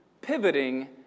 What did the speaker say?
pivoting